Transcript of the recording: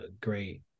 great